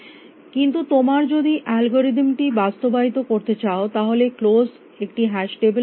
কিন্তু তোমরা যদি অ্যালগরিদমটি বাস্তবায়িত করতে চাও তাহলে ক্লোস একটি হ্যাশ টেবিল হওয়া উচিত